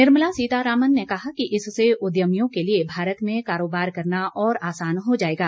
निर्मला सीतारामन ने कहा कि इससे उद्यमियों के लिए भारत में कारोबार करना और आसान हो जाएगा